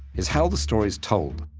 is how the story's told.